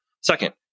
Second